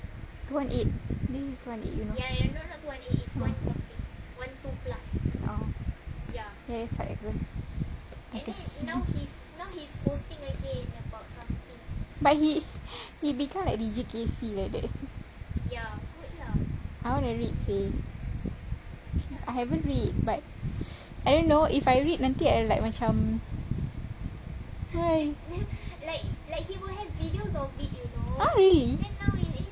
two one eight this is two one eight you know the other side I guess but he he become like D_J K_C like that I want to read seh I haven't read but I don't know if I read nanti I like macam !huh! really